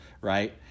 Right